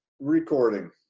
recording